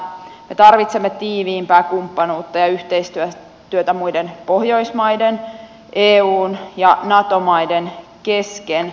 me tarvitsemme tiiviimpää kumppanuutta ja yhteistyötä muiden pohjoismaiden eun ja nato maiden kesken